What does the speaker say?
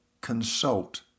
consult